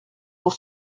pour